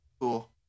cool